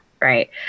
right